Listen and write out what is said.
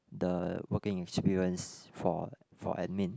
the working experience for for admin